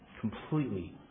completely